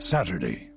Saturday